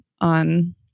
on